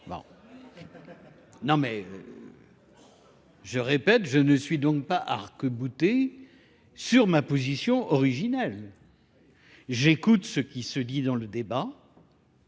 Je répète, je ne suis donc pas arc-bouté sur ma position originelle. J'écoute ce qui se dit dans le débat.